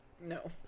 No